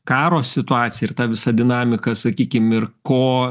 karo situaciją ir tą visą dinamiką sakykim ir ko